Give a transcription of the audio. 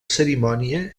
cerimònia